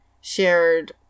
shared